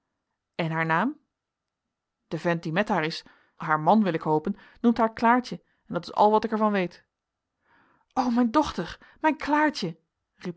en haar naam de vent die met haar is haar man wil ik hopen noemt haar klaartje en dat is al wat ik er van weet o mijn dochter mijn klaartje